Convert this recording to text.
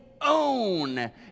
own